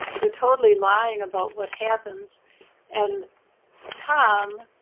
they're totally lying about what happens and tom,